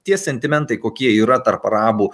tie sentimentai kokie yra tarp arabų